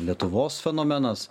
lietuvos fenomenas